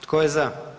Tko je za?